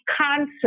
concept